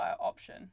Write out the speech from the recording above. option